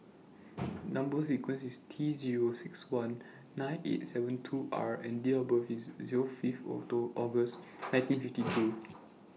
Number sequence IS T Zero six one nine eight seven two R and Date of birth IS Zero Fifth August nineteen fifty two